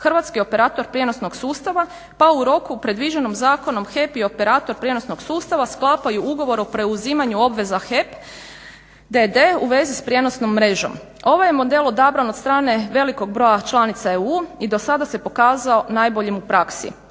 Hrvatski operator prijenosnog sustava pa u roku predviđenom zakonom HEP i operator prijenosnog sustava sklapaju ugovor o preuzimanju obveza HEP d.d. u vezi s prijenosnom mrežom. Ovaj je model odabran od strane velikog broja članica Europske unije i do sada se pokazao najboljim u praksi.